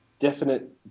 definite